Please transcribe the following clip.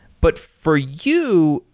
but for you,